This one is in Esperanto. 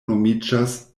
nomiĝas